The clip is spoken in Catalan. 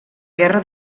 guerra